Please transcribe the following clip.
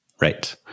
right